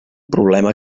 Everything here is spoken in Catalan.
problema